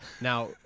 Now